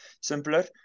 simpler